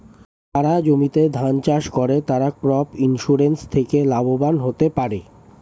যারা জমিতে ধান চাষ করে তারা ক্রপ ইন্সুরেন্স থেকে লাভবান হতে পারে